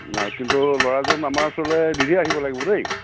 অঁ কিন্তু ল'ৰাজন আমাৰ ওচৰলে নিজেই আহিব লাগিব দেই